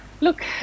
Look